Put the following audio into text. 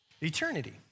eternity